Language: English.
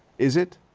is it?